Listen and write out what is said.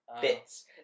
bits